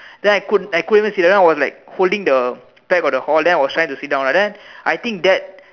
then I could I couldn't even sit down then I was like holding the back of the hall then I was trying to sit down right then I think that